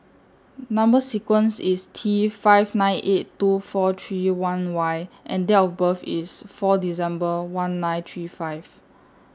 Number sequence IS T five nine eight two four three one Y and Date of birth IS four December one nine three five